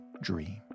dream